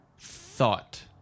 thought